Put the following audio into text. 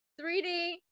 3d